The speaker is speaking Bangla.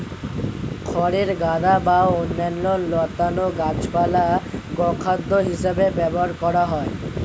খড়ের গাদা বা অন্যান্য লতানো গাছপালা গোখাদ্য হিসেবে ব্যবহার করা হয়